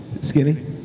Skinny